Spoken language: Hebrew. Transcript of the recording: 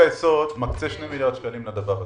חוק-היסוד מקצה 2 מיליארד שקלים לדבר הזה.